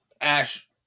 Ash